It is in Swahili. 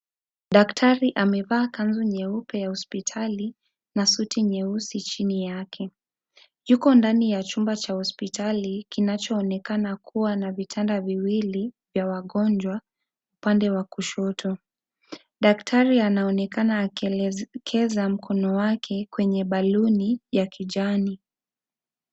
Daktari amevaa kanzu nyeupe ya hospitali na suti nyeusi chini yake . Yuko ndani ya chumba cha hospitali , kinachoonekana kuwa na vitanda viwili vya wagonjwa upande wa kushoto . Daktari anaonekana akielekeza mkono wake kwenye baluni ya kijani.